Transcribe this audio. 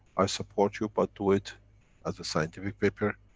i support you, but do it as a scientific paper.